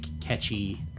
catchy